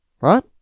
Right